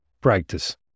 practice